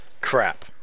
Crap